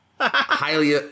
Highly